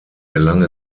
gelang